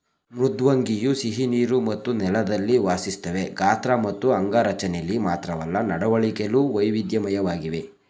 ಮೃದ್ವಂಗಿಯು ಸಿಹಿನೀರು ಮತ್ತು ನೆಲದಲ್ಲಿ ವಾಸಿಸ್ತವೆ ಗಾತ್ರ ಮತ್ತು ಅಂಗರಚನೆಲಿ ಮಾತ್ರವಲ್ಲ ನಡವಳಿಕೆಲು ವೈವಿಧ್ಯಮಯವಾಗಿವೆ